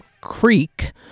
Creek